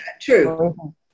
True